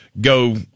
go